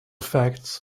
facts